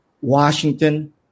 Washington